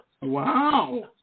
wow